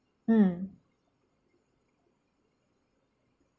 mm